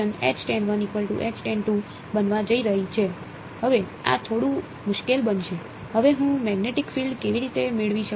હવે આ થોડું મુશ્કેલ બનશે હવે હું મેગ્નેટિક ફીલ્ડ કેવી રીતે મેળવી શકું